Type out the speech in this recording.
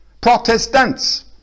Protestants